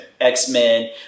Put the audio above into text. X-Men